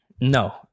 No